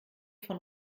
von